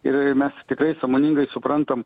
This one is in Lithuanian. ir mes tikrai sąmoningai suprantam